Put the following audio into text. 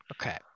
okay